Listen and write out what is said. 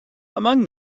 among